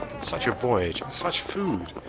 such a voyage and such food!